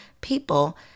people